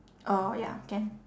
orh ya can